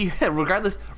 regardless